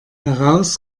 heraus